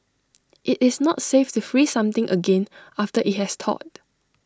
IT is not safe to freeze something again after IT has thawed